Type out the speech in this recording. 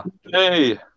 Hey